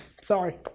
sorry